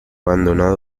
abandonado